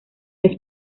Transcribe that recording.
los